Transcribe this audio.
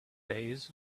days